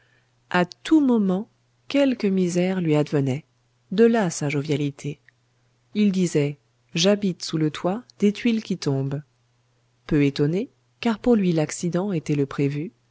à tout moment quelque misère lui advenait de là sa jovialité il disait j'habite sous le toit des tuiles qui tombent peu étonné car pour lui l'accident était le prévu